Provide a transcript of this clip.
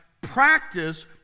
practice